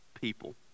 people